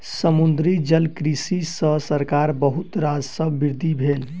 समुद्री जलकृषि सॅ सरकारक बहुत राजस्वक वृद्धि भेल